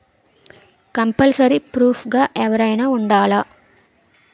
Compulsory proof గా ఎవరైనా ఉండాలా?